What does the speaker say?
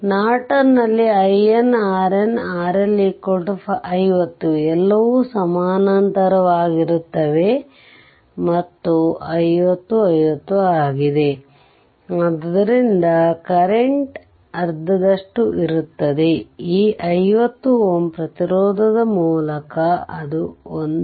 Norton ನಲ್ಲಿ IN RN R L 50 ಎಲ್ಲವೂ ಸಮಾನಾಂತರವಾಗಿರುತ್ತವೆ ಮತ್ತು ಅದು 50 50 ಆಗಿದೆ ಆದ್ದರಿಂದ ಕರೆಂಟ್ ಅರ್ಧದಷ್ಟು ಇರುತ್ತದೆ ಈ 50 Ω ಪ್ರತಿರೋಧದ ಮೂಲಕ ಅದು 1